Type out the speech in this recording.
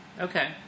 Okay